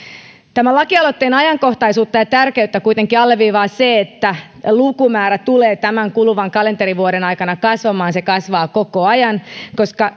tämän lakialoitteen ajankohtaisuutta ja tärkeyttä kuitenkin alleviivaa se että lukumäärä tulee tämän kuluvan kalenterivuoden aikana kasvamaan ja se kasvaa koko ajan koska